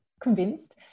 convinced